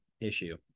issue